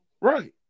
right